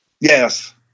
Yes